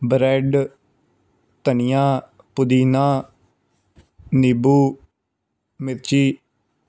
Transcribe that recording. bread ਧਨੀਆ ਪੁਦੀਨਾ ਨਿੰਬੂ ਮਿਰਚੀ